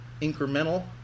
incremental